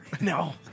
No